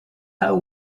how